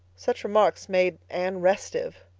such remarks made anne restive.